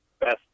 best